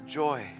joy